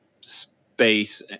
space